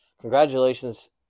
congratulations